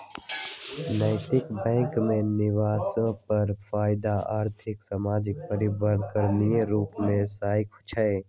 नैतिक बैंकिंग में निवेश पर फयदा आर्थिक, सामाजिक, पर्यावरणीय रूपे हो सकइ छै